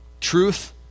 truth